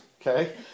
okay